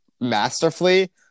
masterfully